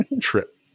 trip